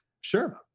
Sure